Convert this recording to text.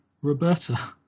Roberta